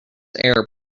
error